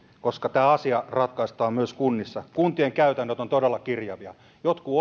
koska tämä asia ratkaistaan myös kunnissa kuntien käytännöt ovat todella kirjavia jotkut